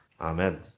Amen